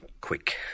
Quick